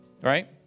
right